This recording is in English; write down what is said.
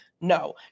No